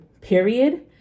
period